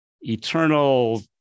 eternal